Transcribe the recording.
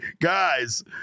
guys